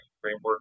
framework